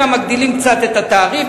גם מגדילים קצת את התעריפים,